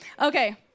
Okay